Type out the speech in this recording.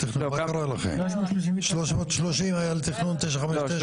330 מיליון היה לתכנון 959 --- לא.